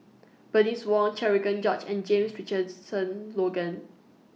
Bernice Wong Cherian George and James Richardson Logan